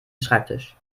schreibtisch